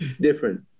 Different